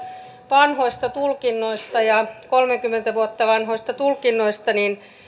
vanhoista tulkinnoista ja kolmekymmentä vuotta vanhoista tulkinnoista niin